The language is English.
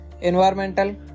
Environmental